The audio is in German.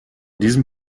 diesem